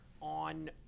on